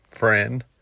friend